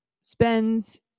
spends